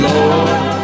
Lord